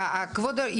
כבודו,